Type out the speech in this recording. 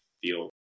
feel